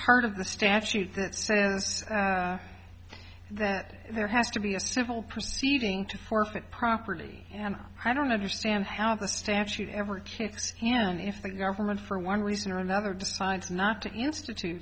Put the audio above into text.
part of the statute that says that there has to be a civil proceeding to forfeit property and i don't understand how the statute ever kicks in if the government for one reason or another decides not to use to us to